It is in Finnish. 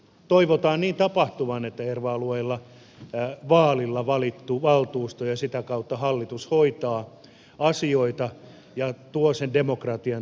toivotaan niin tapahtuvan että erva alueilla vaaleilla valittu valtuusto ja sitä kautta hallitus hoitaa asioita ja tuo sen demokratian tähänkin järjestelmään